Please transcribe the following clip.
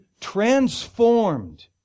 transformed